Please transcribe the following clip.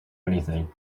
anything